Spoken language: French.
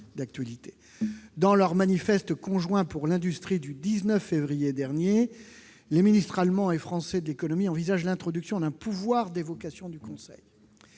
Dans leur manifeste conjoint pour l'industrie, du 19 février dernier, les ministres français et allemand de l'économie envisagent l'introduction d'un pouvoir d'évocation du Conseil.